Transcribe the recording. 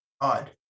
odd